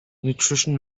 nutrition